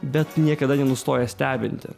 bet niekada nenustoja stebinti